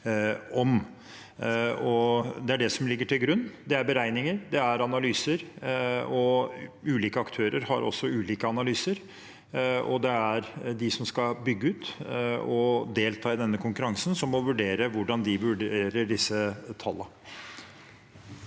Det er det som ligger til grunn, det er beregninger, det er analyser, og ulike aktører har også ulike analyser, og det er de som skal bygge ut og delta i denne konkurransen, som må vurdere hvordan de vurderer disse tallene.